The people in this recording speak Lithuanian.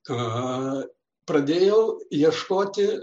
ką pradėjau ieškoti